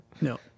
No